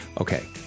Okay